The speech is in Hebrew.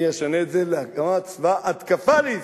אני אשנה את זה לצבא ההתקפה לישראל.